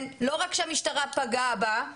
לא רק שהמשטרה פגעה בה,